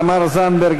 תמר זנדברג,